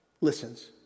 listens